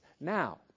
Now